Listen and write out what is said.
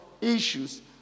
issues